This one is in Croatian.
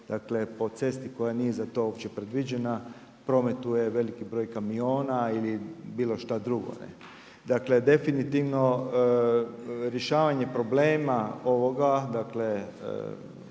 dakle, po cesti koja nije za to uopće predviđena, prometuje veliki broj kamiona ili bilo šta drugo, ne. Dakle, definitivno rješavanje problema ovoga, dakle,